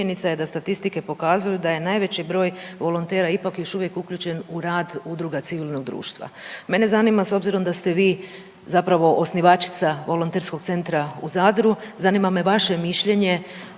činjenica je da statistike pokazuju da je najveći broj volontera ipak još uvijek uključen u radu udruga civilnog društva. Mene zanima s obzirom da ste vi zapravo osnivačica Volonterskog centra u Zadru zanima me vaše mišljenje